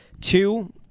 Two